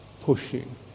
pushing